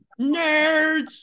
nerds